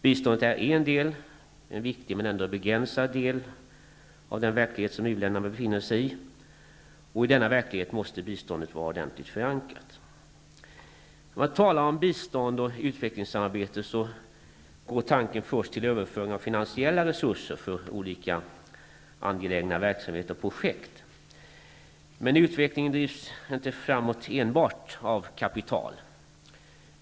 Biståndet är en viktig men ändå begränsad del av den verklighet som u-länderna befinner sig i, och i denna verklighet måste biståndet vara ordentligt förankrat. När man talar om bistånd och utvecklingssamarbete, går tanken först till överföring av finansiella resurser för olika angelägna verksamheter och projekt. Men utvecklingen drivs inte framåt enbart av kapital.